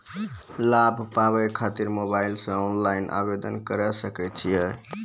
लाभ पाबय खातिर मोबाइल से ऑनलाइन आवेदन करें सकय छियै?